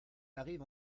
arrive